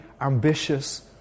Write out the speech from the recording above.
ambitious